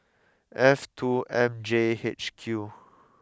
F two M J H Q